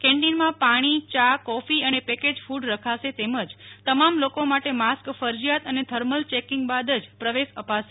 કેન્ટીનમાં પાણી ચ્હા કોફી અને પેકેજ કૃડ રખાશે તેમજ તમામ લોકો માટે માસ્ક ફરજિયાત અને થર્મલ ચેકીંગ બાદ જ પ્રવેશ અપાશે